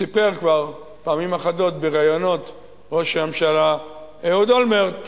סיפר כבר פעמים אחדות בראיונות ראש הממשלה אהוד אולמרט: